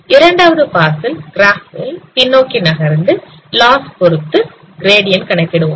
இரண்டாவது பாஸ் ல் கிராப் ல் பின்னோக்கி நகர்ந்து லாஸ் பொருத்து கிரேடியன் கணக்கிடுவோம்